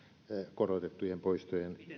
korotettujen poistojen